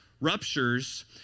ruptures